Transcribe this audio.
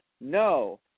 No